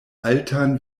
altan